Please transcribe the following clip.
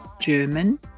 German